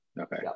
Okay